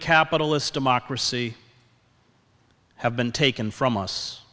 capitalist democracy have been taken from us